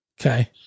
Okay